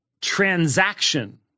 transaction